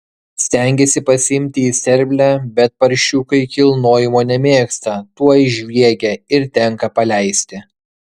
stengiasi pasiimti į sterblę bet paršiukai kilnojimo nemėgsta tuoj žviegia ir tenka paleisti